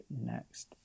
next